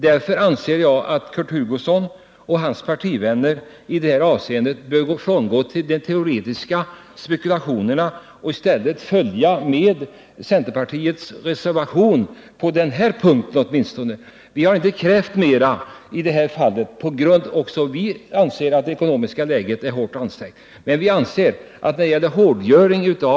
Därför anser jag att Kurt Hugosson och hans partivänner i detta avseende bör frångå de teoretiska spekulationerna och i stället ansluta sig till centerns reservation, åtminstone på denna punkt. Även vi anser att det ekonomiska läget är hårt ansträngt och har därför inte begärt mer än vi gjort.